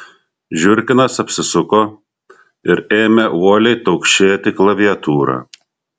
žiurkinas apsisuko ir ėmė uoliai taukšėti klaviatūra